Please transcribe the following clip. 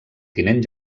tinent